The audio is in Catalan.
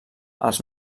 els